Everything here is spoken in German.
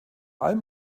allem